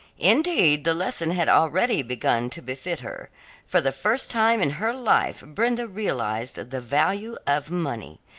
indeed the lesson had already begun to benefit her for the first time in her life brenda realized the value of money.